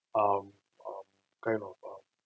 um um kind of um